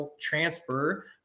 transfer